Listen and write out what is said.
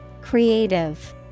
Creative